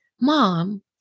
Mom